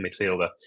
midfielder